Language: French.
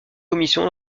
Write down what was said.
commissions